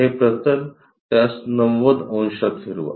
हे प्रतल त्यास 90 अंशात फिरवा